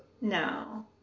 No